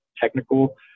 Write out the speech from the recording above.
technical